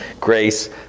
Grace